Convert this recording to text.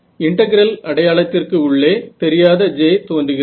integral அடையாளத்திற்கு உள்ளே தெரியாத J தோன்றுகிறது